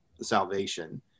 salvation